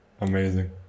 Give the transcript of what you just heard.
Amazing